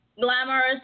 glamorous